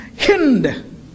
Hind